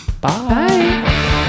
bye